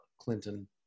Clinton